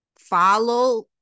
Follow